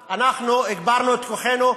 החסימה, אנחנו הגברנו את כוחנו.